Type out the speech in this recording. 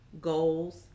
goals